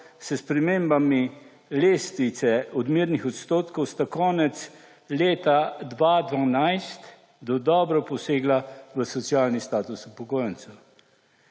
s spremembami lestvice odmernih odstotkov sta konec leta 2012 dodobra posegla v socialni status upokojencev.